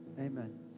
Amen